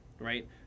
right